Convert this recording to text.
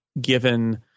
given